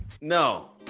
no